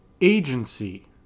agency